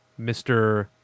Mr